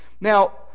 Now